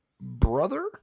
brother